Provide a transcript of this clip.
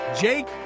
Jake